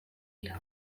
dira